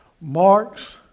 marks